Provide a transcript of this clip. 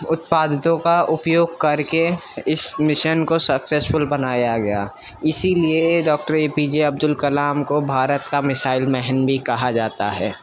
اتپادتوں کا اپیوگ کر کے اس مشن کو سکسیزفل بنایا گیا اسی لیے doctor A P J Abdul Kalam کو بھارت کا مزائل مین بھی کہا جاتا ہے